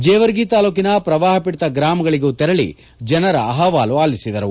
ಜೇವರ್ಗಿ ತಾಲೂಕಿನ ಪ್ರವಾಹ ಪೀಡಿತ ಗ್ರಾಮಗಳಿಗೂ ತೆರಳಿ ಜನರ ಅಹವಾಲು ಆಲಿಸಿದರು